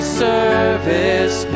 service